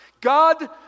God